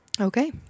okay